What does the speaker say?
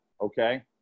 okay